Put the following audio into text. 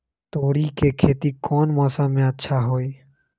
तोड़ी के खेती कौन मौसम में अच्छा होई?